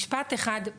משפט אחד.